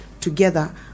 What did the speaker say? together